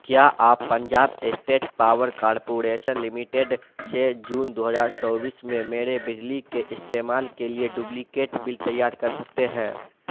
کیا آپ Punjab state power corporation limited سے جون دو ہزار چوبیس میں میرے بجلی کے استعمال کے لیے ڈوبلیکیٹ بل تیار کر سکتے ہیں